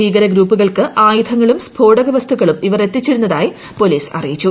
ഭീകര ഗ്രൂപ്പുകൾക്ക് ആയുധങ്ങളും സ്ഫോടക വസ്തുക്കളും ഇവർ എത്തിച്ചിരുന്നതായി പൊലീസ് അറിയിച്ചു